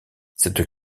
cette